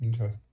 okay